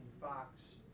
Fox